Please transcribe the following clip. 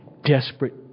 desperate